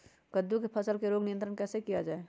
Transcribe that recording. कददु की फसल में रोग नियंत्रण कैसे किया जाए?